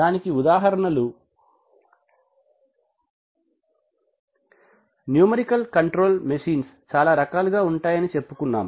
దానికి ఉదాహరణలు numerical control machines చాలా రకాలుగా ఉంటాయని చెప్పుకున్నాం